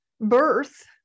Birth